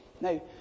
Now